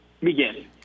begin